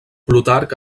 plutarc